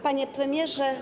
Panie Premierze!